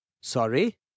Sorry